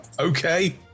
okay